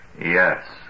Yes